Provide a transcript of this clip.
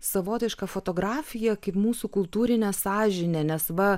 savotiška fotografija kaip mūsų kultūrinė sąžinė nes va